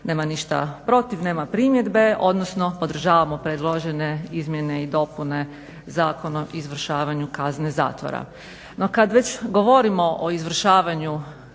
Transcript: nema ništa protiv, nema primjedbe, odnosno podržavamo predložene izmjene i dopune Zakona o izvršavanju kazne zatvora. No kada već govorimo o izvršavanju kazne zatvora